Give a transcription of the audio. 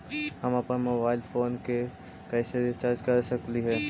हम अप्पन mobile phone के कैसे रिचार्ज कर सकली हे?